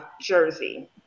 jersey